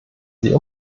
sie